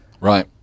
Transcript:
right